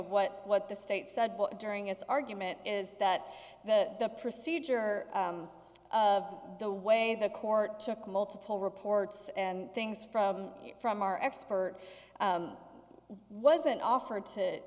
what what the state said during its argument is that the the procedure the way the court took multiple reports and things from from our expert wasn't offered to